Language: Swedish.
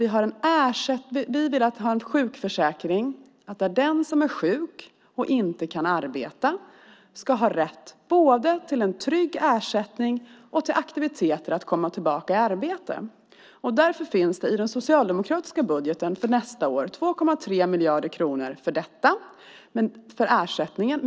Vi vill ha en sjukförsäkring där den som är sjuk och inte kan arbeta ska ha rätt både till en trygg ersättning och till aktiviteter för att komma tillbaka i arbete. Därför finns det i den socialdemokratiska budgeten för nästa år 2,3 miljarder kronor för ersättningen.